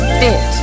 fit